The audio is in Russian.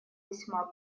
весьма